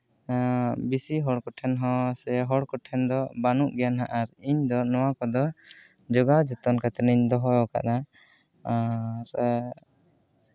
ᱦᱮᱸ ᱵᱮᱥᱤ ᱦᱚᱲ ᱠᱚᱴᱷᱮᱱ ᱦᱚᱸ ᱦᱚᱲ ᱠᱚᱴᱷᱮᱱ ᱫᱚ ᱵᱟᱹᱱᱩᱜ ᱜᱮᱭᱟ ᱟᱨ ᱤᱧ ᱫᱚ ᱱᱚᱣᱟ ᱠᱚᱫᱚ ᱡᱳᱜᱟᱣ ᱡᱚᱛᱚᱱ ᱠᱟᱛᱮ ᱤᱧ ᱫᱚᱦᱚ ᱟᱠᱟᱫᱼᱟ ᱟᱨ